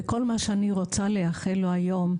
אז כל מה שאני רוצה לאחל לו היום,